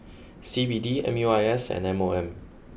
C B D M U I S and M O M